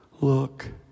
Look